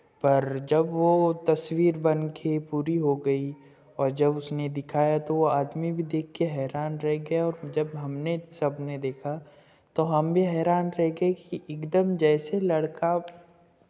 पर जब वो तस्वीर बन के पूरी हो गई और जब उसने दिखाया तो वो आदमी भी देख के हैरान रह गया और जब हमने सबने देखा तो हम भी हैरान रह गए कि एकदम जैसे लड़का